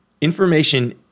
Information